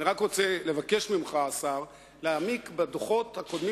אני רק רוצה לבקש ממך להעמיק בדוחות הקודמים